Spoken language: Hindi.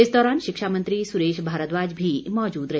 इस दौरान शिक्षा मंत्री सुरेश भारद्वाज भी मौजूद रहे